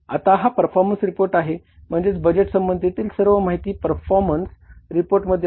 आता हा performance report आहे म्हणजेच बजेटसंबंधीत सर्व माहिती परफॉरमन्स रिपोर्टमध्ये असते